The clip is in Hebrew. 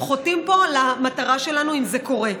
אנחנו חוטאים פה למטרה שלנו, אם זה קורה.